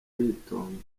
yitonze